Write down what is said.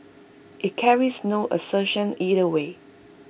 IT carries no assertion either way